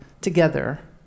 together